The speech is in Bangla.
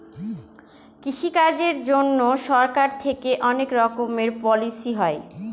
কৃষি কাজের জন্যে সরকার থেকে অনেক রকমের পলিসি হয়